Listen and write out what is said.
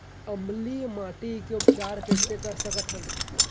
अम्लीय माटी के उपचार कइसे कर सकत हन?